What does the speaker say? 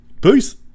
Peace